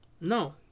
No